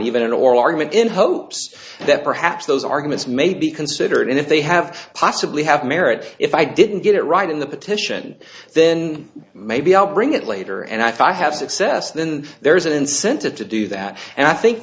oral argument in hopes that perhaps those arguments may be considered and if they have possibly have merit if i didn't get it right in the petition then maybe i'll bring it later and i have success then there's an incentive to do that and i think